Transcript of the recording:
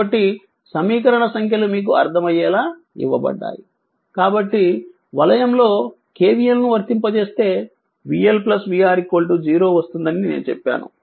కాబట్టి సమీకరణ సంఖ్యలు మీకు అర్థమయ్యేలా ఇవ్వబడ్డాయి కాబట్టి వలయం లో KVL ను వర్తింపజేస్తే vL vR 0 వస్తుందని నేను చెప్పాను